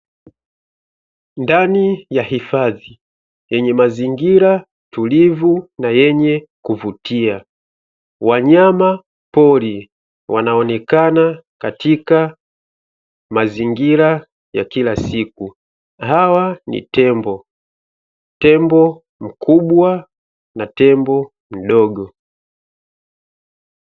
Ndani ya hifadhi yenye mazingira tulivu na yenye kuvutia wanyama pori wanaonekana katika mazingira ya kila siku, hawa ni tembo ,tembo mkubwa na tembo mdogo.